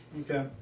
Okay